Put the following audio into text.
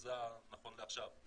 זה נכון לעכשיו,